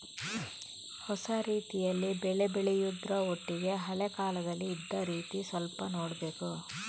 ಹೊಸ ರೀತಿಯಲ್ಲಿ ಬೆಳೆ ಬೆಳೆಯುದ್ರ ಒಟ್ಟಿಗೆ ಹಳೆ ಕಾಲದಲ್ಲಿ ಇದ್ದ ರೀತಿ ಸ್ವಲ್ಪ ನೋಡ್ಬೇಕು